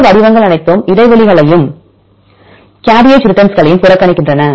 இந்த வடிவங்கள் அனைத்தும் இடைவெளிகளையும் கேரியேஜ் ரிட்டன்ஸ் களையும் புறக்கணிக்கின்றன